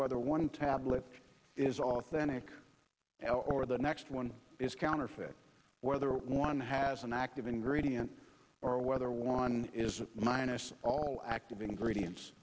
whether one tablet is authentic now or the next one is counterfeit whether one has an active ingredient or whether one is a minus all active ingredients